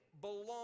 belong